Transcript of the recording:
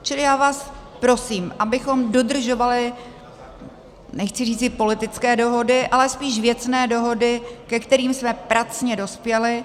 Čili já vás prosím, abychom dodržovali nechci říci politické dohody, ale spíš věcné dohody, ke kterým jsme pracně dospěli.